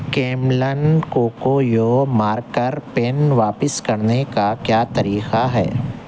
Camlin Kokuyo marker pen واپس کرنے کا کیا طریقہ ہے